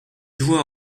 jouent